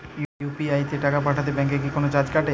UPI তে টাকা পাঠালে ব্যাংক কি কোনো চার্জ কাটে?